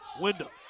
window